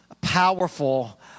powerful